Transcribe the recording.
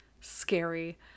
scary